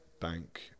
bank